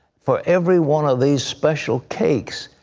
for every one of these special cakes,